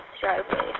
driveway